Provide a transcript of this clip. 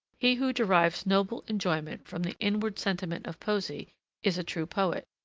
he who derives noble enjoyment from the inward sentiment of poesy is a true poet,